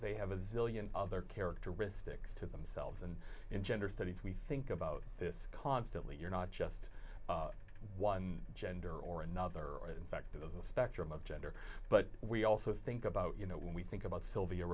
zillion other characteristics to themselves and in gender studies we think about this constantly you're not just one gender or another or in fact of the spectrum of gender but we also think about you know when we think about sylvia